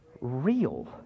real